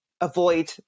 avoid